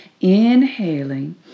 inhaling